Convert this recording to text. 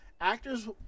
actors